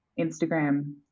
Instagram